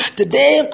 today